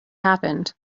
happened